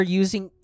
using